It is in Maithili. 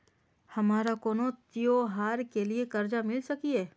हमारा कोनो त्योहार के लिए कर्जा मिल सकीये?